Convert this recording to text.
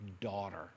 daughter